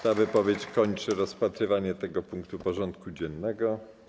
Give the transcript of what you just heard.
Ta wypowiedź kończy rozpatrywanie tego punktu porządku dziennego.